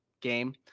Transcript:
game